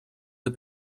the